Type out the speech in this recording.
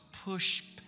push